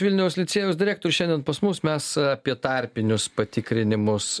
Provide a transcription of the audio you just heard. vilniaus licėjaus direktorius šiandien pas mus mes apie tarpinius patikrinimus